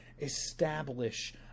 Establish